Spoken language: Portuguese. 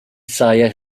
saia